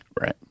right